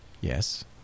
Yes